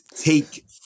take